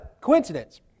coincidence